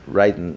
right